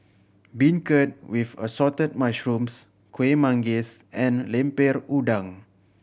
beancurd with Assorted Mushrooms Kueh Manggis and Lemper Udang